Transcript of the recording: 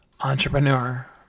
entrepreneur